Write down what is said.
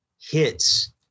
hits